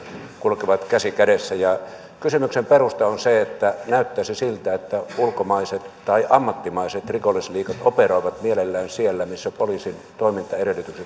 kulkevat käsi kädessä ja kysymyksen perusta on se että näyttäisi siltä että ulkomaiset tai ammattimaiset rikollisliigat operoivat mielellään siellä missä poliisin toimintaedellytykset